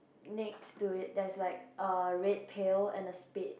next to it there's like a red pail and a spade